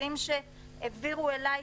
דברים שהעבירו אלי,